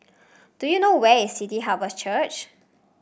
do you know where is City Harvest Church